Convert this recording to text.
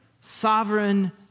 Sovereign